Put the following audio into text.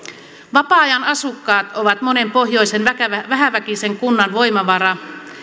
vapaa ajan asukkaat ovat monen pohjoisen vähäväkisen kunnan voimavara